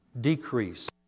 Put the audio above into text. decrease